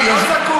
התפילות שלכם.